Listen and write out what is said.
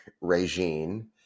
regime